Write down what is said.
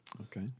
okay